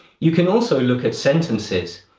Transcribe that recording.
you can also look at sentences.